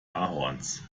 ahorns